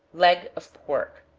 leg of pork.